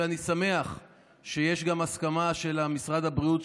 ואני שמח שיש גם הסכמה של משרד הבריאות,